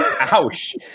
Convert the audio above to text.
Ouch